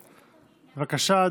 בבקשה,